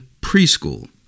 preschool